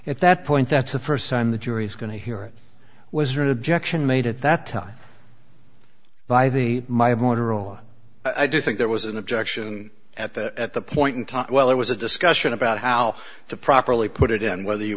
at that point that's the first time the jury's going to hear it was really objection made at that time by the my motorola i do think there was an objection at the at the point in time well there was a discussion about how to properly put it and whether you